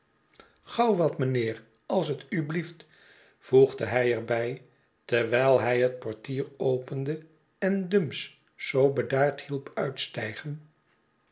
uitwou gauwwat meneer als tu blieft voegde hij er by terwijl hij het portier opende en dumps zoo bedaard hielp uitstijgen